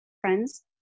friends